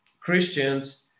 Christians